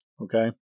Okay